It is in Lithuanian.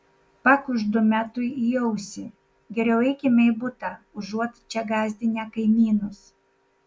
pakuždu metui į ausį geriau eime į butą užuot čia gąsdinę kaimynus